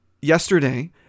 yesterday